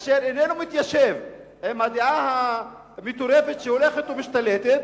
אשר איננו מתיישב עם הדעה המטורפת שהולכת ומשתלטת,